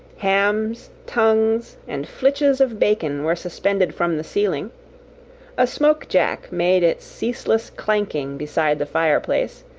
hams, tongues, and flitches of bacon were suspended from the ceiling a smoke-jack made its ceaseless clanking beside the fireplace,